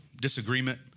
disagreement